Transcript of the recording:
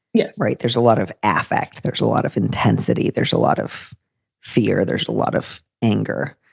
yes. right. there's a lot of affect. there's a lot of intensity. there's a lot of fear. there's a lot of anger.